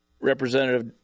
Representative